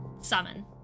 summon